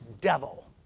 devil